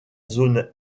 zone